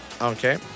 Okay